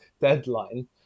deadline